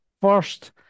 First